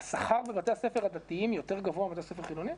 השכר בבתי הספר הדתיים יותר גבוה מבתי ספר חילוניים?